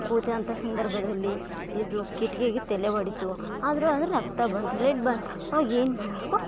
ಕೂತಂಥ ಸಂದರ್ಭದಲ್ಲಿ ಇದು ಕಿಟಕಿಗೆ ತಲೆ ಒಡಿತು ಆದರೂ ಅದು ರಕ್ತ ಬಂತು ಬ್ಲಡ್ ಬಂತು ಅವಾಗ ಏನು ಮಾಡ್ಬೇಕು